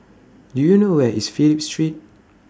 Do YOU know Where IS Phillip Street